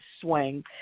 swing